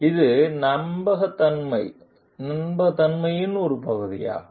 இது நம்பகத் தன்மையின் ஒரு பகுதியாகும்